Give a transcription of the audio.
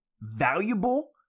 valuable